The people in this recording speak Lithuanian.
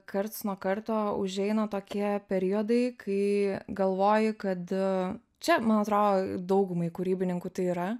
karts nuo karto užeina tokie periodai kai galvoji kad čia man atrodo daugumai kuribininku tai yra